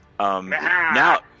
Now